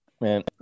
Man